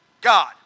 God